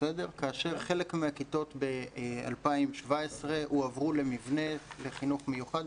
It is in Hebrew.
כאשר חלק מהכיתות ב-2017 הועברו למבנה לחינוך מיוחד,